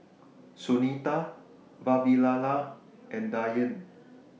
Sunita Vavilala and Dhyan